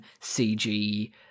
CG